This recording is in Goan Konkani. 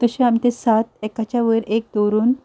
तशी आमी ते सात एकाच्या वयर एक दवरून